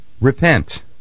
Repent